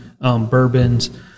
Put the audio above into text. bourbons